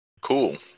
Cool